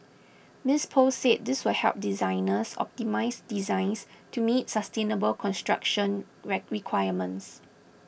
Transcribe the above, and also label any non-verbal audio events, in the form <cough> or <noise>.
Miss Poh said this will help designers optimise designs to meet sustainable construction <hesitation> requirements